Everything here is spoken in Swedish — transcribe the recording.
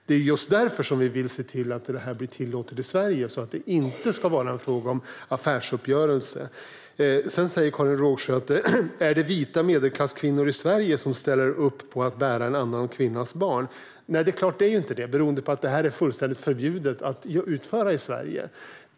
Det är därför som vi vill se till att det blir tillåtet i Sverige, så att det inte blir en affärsuppgörelse. Sedan frågar Karin Rågsjö om det är vita medelklasskvinnor i Sverige som ställer upp på att bära en annan kvinnas barn. Nej, det är det inte beroende på att det är förbjudet i Sverige.